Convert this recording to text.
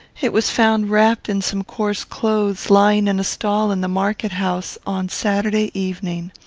it was found wrapped in some coarse clothes, lying in a stall in the market-house, on saturday evening.